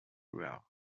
war